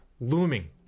looming